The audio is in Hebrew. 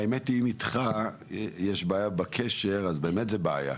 האמת היא אם איתך יש בעיה בקשר, אז באמת זו בעיה.